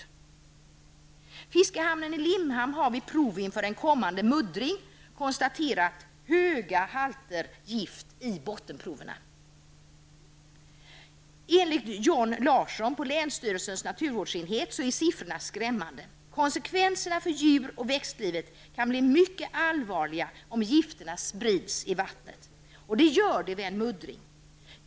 I fiskehamnen i Limhamn har man vid prov inför en kommande muddring konstaterat höga halter gift i bottenproverna. Enligt Jon Larsson på länsstyrelsens naturvårdsenhet är siffrorna skrämmande. Konsekvenserna för djur och växtlivet kan bli mycket allvarliga om gifterna sprids i vattnet, vilket de gör vid en muddring.